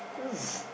mm